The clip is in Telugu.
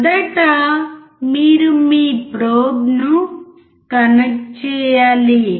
మొదట మీరు మీ ప్రోబ్ను కనెక్ట్ చేయాలి